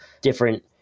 different